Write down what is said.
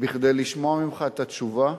כדי לשמוע ממך את התשובה: